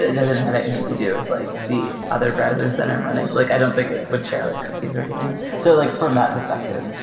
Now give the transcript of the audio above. doesn't have anything to do with like the other browsers that i'm running. like i don't think it would share like cookies or anything. so like from that perspective,